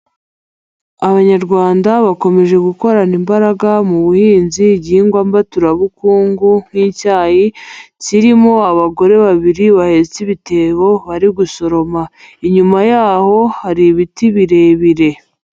Abanyarwanda bakomeje gukorana imbaraga mu buhinzi, igihingwa mbaturabukungu nk'icyayi, kirimo abagore babiri bahetse ibitebo bari gusoroma, inyuma yaho hari ibiti birebire.